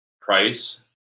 price